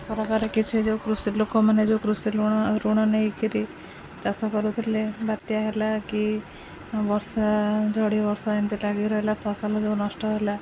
ସରକାର କିଛି ଯେଉଁ କୃଷି ଲୋକମାନେ ଯେଉଁ କୃଷି ଋଣ ଋଣ ନେଇକିରି ଚାଷ କରୁଥିଲେ ବାତ୍ୟା ହେଲା କି ବର୍ଷା ଝଡ଼ି ବର୍ଷା ଏମିତି ଲାଗି ରହିଲା ଫସଲ ଯେଉଁ ନଷ୍ଟ ହେଲା